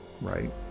Right